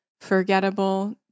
forgettable